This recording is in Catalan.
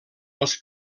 els